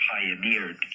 pioneered